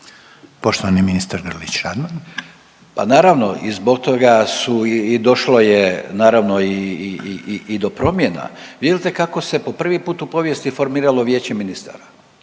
**Grlić Radman, Gordan (HDZ)** Pa naravno i zbog toga su i došlo je naravno i, i, i do promjena. Vidite kako se po prvi put u povijesti formiralo Vijeće ministara